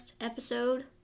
episode